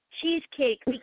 cheesecake